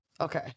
Okay